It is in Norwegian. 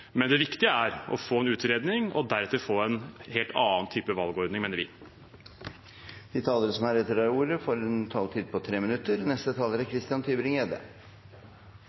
Men det viktige er å få en utredning og deretter få en helt annen type valgordning, mener vi. De talere som heretter får ordet, har en taletid på inntil 3 minutter.